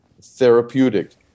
Therapeutic